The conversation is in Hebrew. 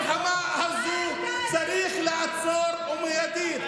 ואת המלחמה הזו צריך לעצור ומיידית,